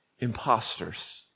imposters